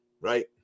right